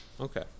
Okay